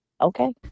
Okay